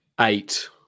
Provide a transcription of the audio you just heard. Eight